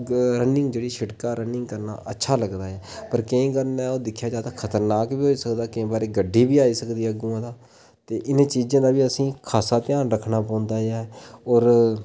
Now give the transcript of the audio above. running जेह्ड़ी शिड़का running करना अच्छा लगदा ऐ पर केईं बारी ओह् खतरनाक बी होई सकदा ऐ केईं बारी गड्डी बीा आई सकदी अगुआं इ'नें चीजें दा बी असें खासा ध्यान रक्खना पौंदा ऐ होर